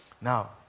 Now